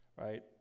right